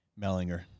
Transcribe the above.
Mellinger